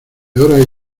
horas